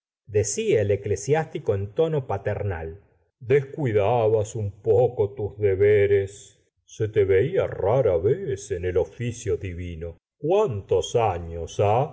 decia el eclesiástico en tono paternal descuidabas un poco tus deberes se te veía rara vez en el oficio divino cuántos años